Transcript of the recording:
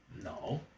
No